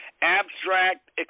abstract